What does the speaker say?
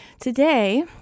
today